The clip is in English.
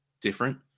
different